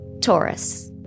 Taurus